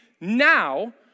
now